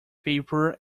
paper